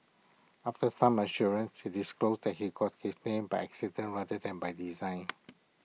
after some assurances he disclosed that he got his name by accident rather than by design